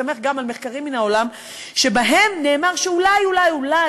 מסתמך גם על מחקרים מהעולם שבהם נאמר שאולי אולי אולי